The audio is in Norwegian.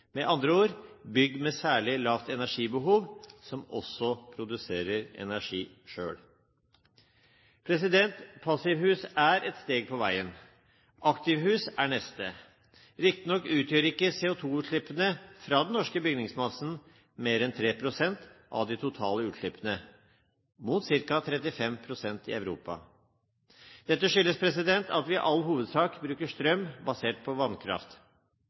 med andre ord bygd med særlig lavt energibehov, som også produserer energi selv. Passivhus er et steg på veien. Aktivhus er neste. Riktignok utgjør ikke CO2-utslippene fra den norske bygningsmassen mer enn 3 pst. av de totale utslippene, mot ca. 35 pst. i Europa. Dette skyldes at vi i all hovedsak bruker strøm basert på vannkraft.